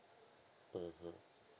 mmhmm